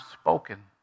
spoken